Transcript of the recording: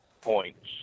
points